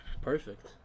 perfect